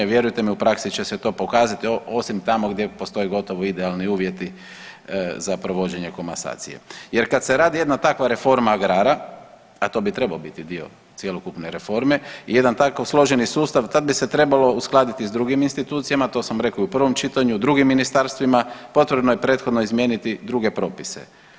Vjerujte mi u praksi će se to pokazati osim tamo gdje postoje gotovo idealni uvjeti za provođenje komasacije jer kad se radi jedna takva reforma agrara, a to bi trebao biti dio cjelokupne reforme i jedan tako složeni sustav, tad bi se trebalo uskladiti s drugim institucijama, to sam rekao i u prvom čitanju, drugim ministarstvima, potrebno je prethodno izmijeniti druge propise.